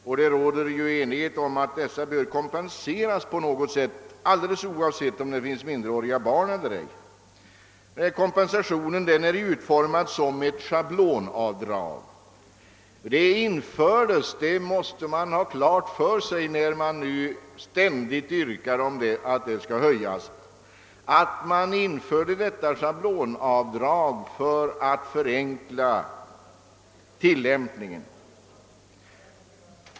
Enighet råder också om att detta bör kompenseras på något sätt, alldeles oavsett om det finns minderåriga barn eller ej. Denna kompensation är utformad som ett schablonavdrag. Detta infördes — det måste man ha klart för sig när man nu ständigt yrkar på att det skall höjas — för att förenkla tillämpningen.